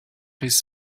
his